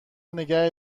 نگه